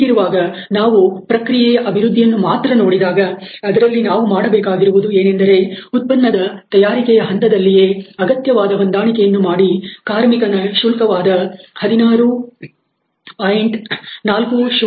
ಹೀಗಿರುವಾಗ ನಾವು ಪ್ರಕ್ರಿಯೆಯ ಅಭಿವೃದ್ಧಿಯನ್ನು ಮಾತ್ರ ನೋಡಿದಾಗ ಅದರಲ್ಲಿ ನಾವು ಮಾಡಬೇಕಾಗಿರುವುದು ಏನೆಂದರೆ ಉತ್ಪನ್ನದ ತಯಾರಿಕೆಯ ಹಂತದಲ್ಲಿಯೇ ಅಗತ್ಯವಾದ ಹೊಂದಾಣಿಕೆಯನ್ನು ಮಾಡಿ ಕಾರ್ಮಿಕನ ಶುಲ್ಕ ವಾದ 16